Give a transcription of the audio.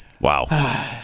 Wow